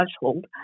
household